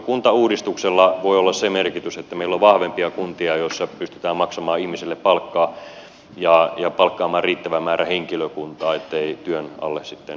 kuntauudistuksella voi olla se merkitys että meillä on vahvempia kuntia joissa pystytään maksamaan ihmisille palkkaa ja palkkaamaan riittävä määrä henkilökuntaa ettei työn alle sitten uuvuta